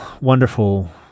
wonderful